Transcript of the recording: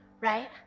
right